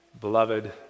Beloved